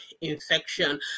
infection